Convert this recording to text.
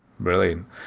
Brilliant